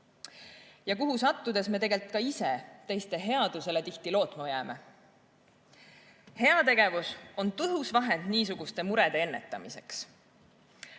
ja kuhu sattudes me tegelikult ka ise teiste headusele tihti lootma jääme. Heategevus on tõhus vahend niisuguste murede ennetamiseks,